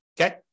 okay